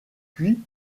puis